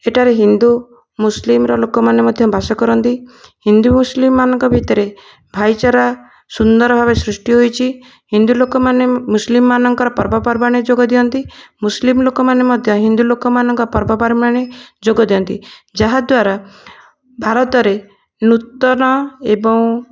ଏଠାରେ ହିନ୍ଦୁ ମୁସଲିମର ଲୋକମାନେ ମଧ୍ୟ ବାସ କରନ୍ତି ହିନ୍ଦୁ ମୁସଲିମମାନଙ୍କ ଭିତରେ ଭାଇଚାରା ସୁନ୍ଦର ଭାବେ ସୃଷ୍ଟି ହୋଇଛି ହିନ୍ଦୁ ଲୋକମାନେ ମୁସଲିମ ମାନଙ୍କ ପର୍ବପର୍ବାଣିରେ ଯୋଗ ଦିଅନ୍ତି ମୁସଲିମ ଲୋକମାନେ ମଧ୍ୟ ହିନ୍ଦୁ ଲୋକମାନଙ୍କ ପର୍ବପର୍ବାଣି ଯୋଗ ଦିଅନ୍ତି ଯାହାଦ୍ୱାରା ଭାରତରେ ନୂତନ ଏବଂ